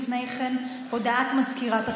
לפני כן, הודעת מזכירת הכנסת,